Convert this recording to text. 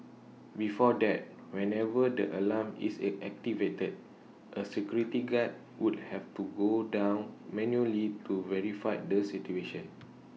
before that whenever the alarm is A activated A security guard would have to go down manually to verify the situation